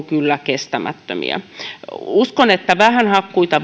kyllä kestämättömiä uskon että hakkuita